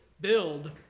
Build